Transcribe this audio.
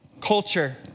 culture